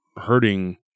hurting